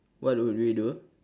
what would we do